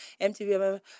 MTV